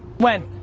when?